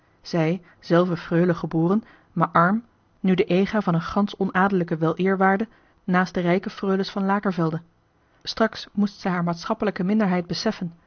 zij zelve freule geboren maar arm nu de ega van een gansch onadellijken weleerwaarde naast de rijke freules van lakervelde sterk moest zij haar maatschappelijke minderheid beseffen